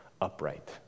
upright